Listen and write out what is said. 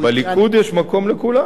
בליכוד יש מקום לכולם.